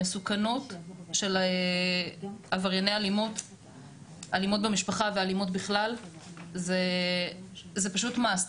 המסוכנות של עברייני אלימות במשפחה ואלימות בכלל זה פשוט must.